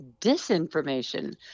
disinformation